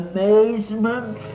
Amazement